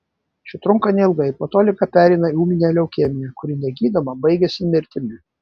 ši trunka neilgai po to liga pereina į ūminę leukemiją kuri negydoma baigiasi mirtimi